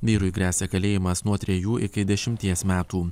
vyrui gresia kalėjimas nuo trejų iki dešimties metų